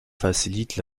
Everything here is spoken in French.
facilite